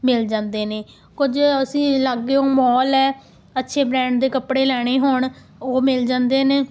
ਮਿਲ ਜਾਂਦੇ ਨੇ ਕੁਝ ਅਸੀਂ ਲਾਗੇ ਉਹ ਮੌਲ ਹੈ ਅੱਛੇ ਬ੍ਰਾਂਡ ਦੇ ਕੱਪੜੇ ਲੈਣੇ ਹੋਣ ਉਹ ਮਿਲ ਜਾਂਦੇ ਨੇ